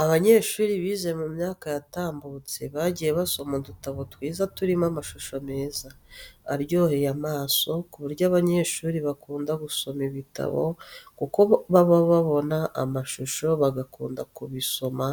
Abanyeshuri bize mu myaka yatambutse bagiye basoma udutabo twiza turimo amashusho meza, aryoheye amaso, ku buryo abanyeshuri bakunda gusoma ibitabo kuko baba babonamo amashusho bagakunda kubisoma